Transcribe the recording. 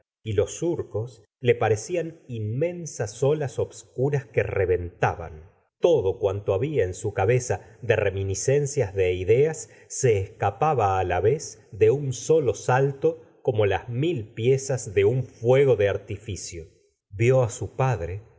y los surcos le parecían inmensas olas obscuras que reventaban todo cuanto babia en lu cabeza de reminiscencias de ideas se escapaba á la vez de un sólo salto como las mil piezas de un fuego de artificio vió á su padre